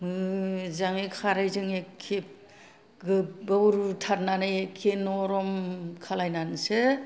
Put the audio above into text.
मोजाङै खारैजों एखे गोबाव रुथारनानै एखे नरम खालायनानैसो